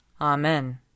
Amen